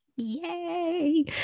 Yay